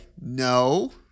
no